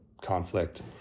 conflict